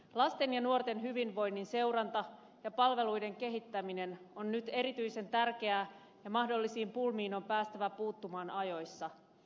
lasten ja nuorten hyvinvoinnin seuranta ja palveluiden kehittäminen on nyt erityisen tärkeää ja mahdollisiin pulmiin on päästävä puuttumaan ajoissa